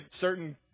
certain